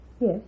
Yes